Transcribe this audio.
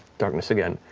darkness again.